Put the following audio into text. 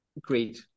great